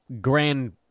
grand